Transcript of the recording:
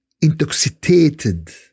intoxicated